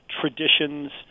traditions